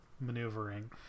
maneuvering